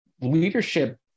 leadership